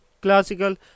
classical